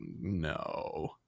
no